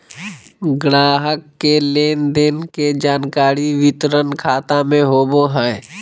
ग्राहक के लेन देन के जानकारी वितरण खाता में होबो हइ